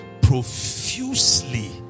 profusely